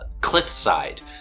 cliffside